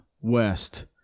west